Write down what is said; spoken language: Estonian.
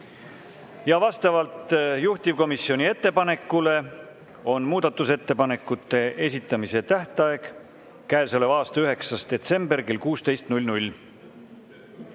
Vastavalt juhtivkomisjoni ettepanekule on muudatusettepanekute esitamise tähtaeg käesoleva aasta 9. detsembril kell